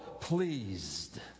pleased